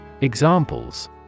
Examples